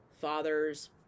fathers